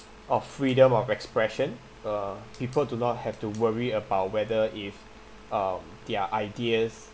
of freedom of expression uh people do not have to worry about whether if um their ideas